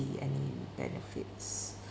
see any benefits